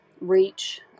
reach